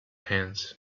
hands